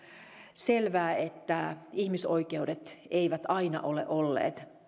selvää että ihmisoikeudet eivät aina ole olleet